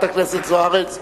הכנסת זוארץ.